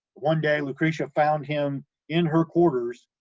one day, lucretia found him in her quarters,